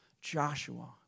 Joshua